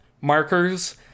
markers